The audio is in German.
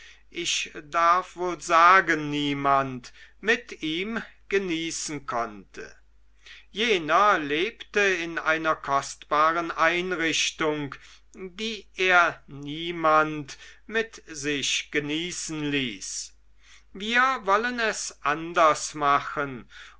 ich darf wohl sagen niemand mit ihm genießen konnte jener lebte in einer kostbaren einrichtung die er niemand mit sich genießen ließ wir wollen es anders machen